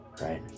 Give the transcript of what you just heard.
right